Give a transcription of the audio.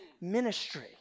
ministry